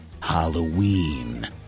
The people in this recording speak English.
Halloween